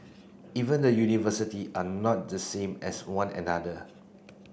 even the university are not the same as one another